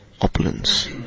opulence